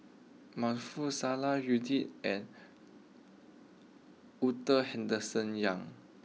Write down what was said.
Maarof Salleh Yuni and Henderson young